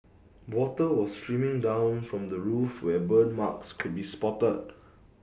water was streaming down from the roof where burn marks could be spotted